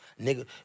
Nigga